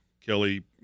Kelly